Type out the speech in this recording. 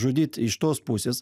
žudyt iš tos pusės